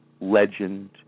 legend